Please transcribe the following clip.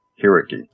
hierarchy